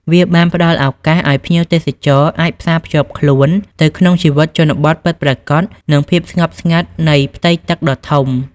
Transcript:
វាបានផ្ដល់ឱកាសឱ្យភ្ញៀវទេសចរអាចផ្សាភ្ជាប់ខ្លួនទៅក្នុងជីវិតជនបទពិតប្រាកដ និងភាពស្ងប់ស្ងាត់នៃផ្ទៃទឹកដ៏ធំ។